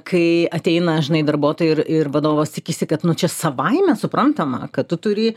kai ateina žinai darbuotojai ir ir vadovas tikisi kad nu čia savaime suprantama kad tu turi